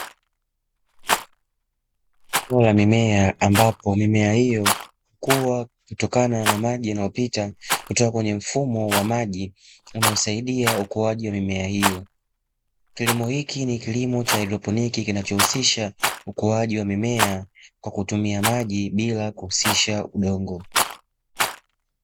Eneo la mimea ambapo mimea hiyo hukua kutokana na maji yanayopita kutokana kwenye mfumo wa maji unaosaidia ukuaji wa mimea hiyo, kilimo hiki ni kilimo cha haidroponiki kinachohisisha ukuaji wa mimea kwa kutumia maji bila kuhusisha udongo.